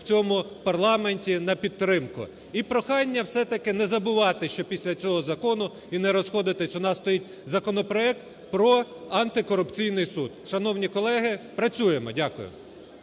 в цьому парламенті на підтримку. І прохання все-таки не забувати, що після цього закону, і не розходитись, у нас стоїть законопроект про антикорупційний суд. Шановні колеги, працюємо. Дякую.